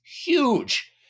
huge